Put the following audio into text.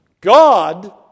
God